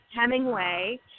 Hemingway